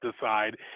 decide